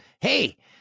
hey